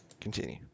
Continue